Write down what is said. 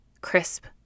crisp